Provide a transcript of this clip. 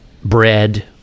bread